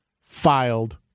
filed